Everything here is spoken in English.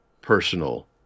personal